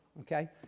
okay